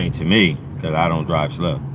to me i don't drive slow